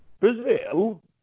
Brazil